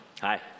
hi